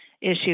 Issue